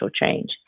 change